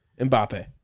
Mbappe